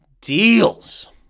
deals